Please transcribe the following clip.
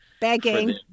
begging